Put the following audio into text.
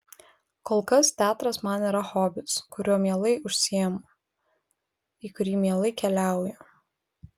kol kas teatras man yra hobis kuriuo mielai užsiimu į kurį mielai keliauju